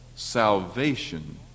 Salvation